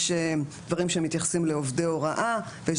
יש דברים שמתייחסים לעובדי הוראה ויש